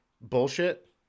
bullshit